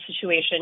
situation